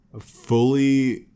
fully